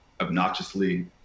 obnoxiously